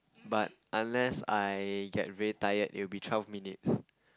but unless I get very tired it will be twelve minutes